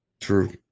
True